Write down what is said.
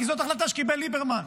כי זאת החלטה שקיבל ליברמן,